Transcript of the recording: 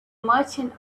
merchant